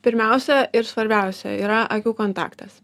pirmiausia ir svarbiausia yra akių kontaktas